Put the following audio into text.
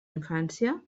infància